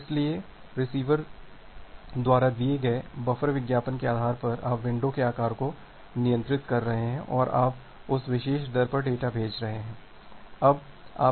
इसलिए रिसीवर द्वारा दिए गए बफर विज्ञापन के आधार पर आप विंडो के आकार को नियंत्रित कर रहे हैं और आप उस विशेष दर पर डेटा भेज रहे हैं